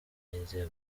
n’inzego